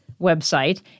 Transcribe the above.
website